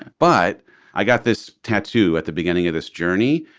but i got this tattoo at the beginning of this journey.